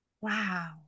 Wow